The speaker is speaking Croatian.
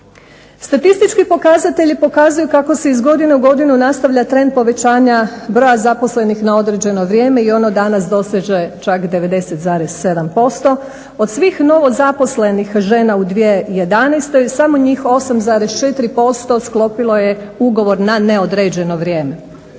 Statistički pokazatelji pokazao kako se iz godine u godinu nastavlja trend povećanja broja zaposlenih na određeno vrijeme, i ono danas doseže 90,7%. Od svih novozaposlenih žena u 2011. samo njih 8,4% sklopilo je ugovor na neodređeno vrijeme.